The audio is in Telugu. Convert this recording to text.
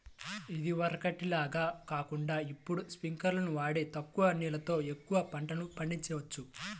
ఇదివరకటి లాగా కాకుండా ఇప్పుడు స్పింకర్లును వాడి తక్కువ నీళ్ళతో ఎక్కువ పంటలు పండిచొచ్చు